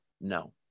No